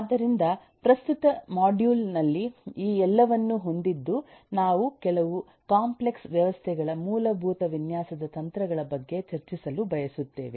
ಆದ್ದರಿಂದ ಪ್ರಸ್ತುತ ಮಾಡ್ಯೂಲ್ ನಲ್ಲಿ ಈ ಎಲ್ಲವನ್ನು ಹೊಂದಿದ್ದು ನಾವು ಕೆಲವು ಕಾಂಪ್ಲೆಕ್ಸ್ ವ್ಯವಸ್ಥೆಗಳ ಮೂಲಭೂತ ವಿನ್ಯಾಸದ ತಂತ್ರಗಳ ಬಗ್ಗೆ ಚರ್ಚಿಸಲು ಬಯಸುತ್ತೇವೆ